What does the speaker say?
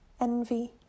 envy